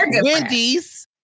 Wendy's